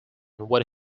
when